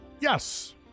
Yes